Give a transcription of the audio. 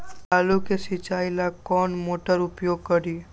आलू के सिंचाई ला कौन मोटर उपयोग करी?